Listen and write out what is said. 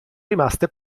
rimaste